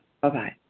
Bye-bye